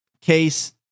case